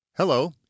Hello